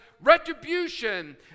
retribution